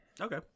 Okay